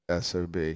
SOB